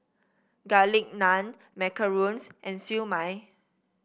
Garlic Naan macarons and Siew Mai